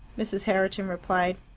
mrs. herriton replied,